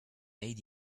made